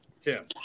Tim